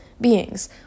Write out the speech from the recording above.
beings